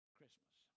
Christmas